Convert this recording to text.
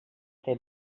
fer